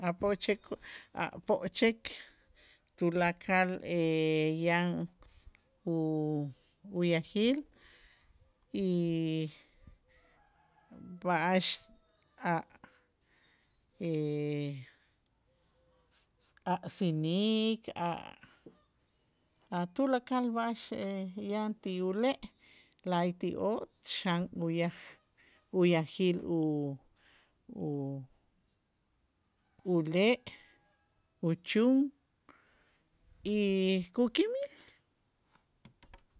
A' pokche' ku a' pokchek tulakal yan u- uyajil y b'a'ax a' a' sinik a'-a' tulakal b'a'ax yan ti ule' la'ayti'oo' xan uyaj uyajil u- u- ule', uchun y kukimil.